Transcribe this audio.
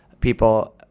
people